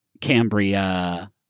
Cambria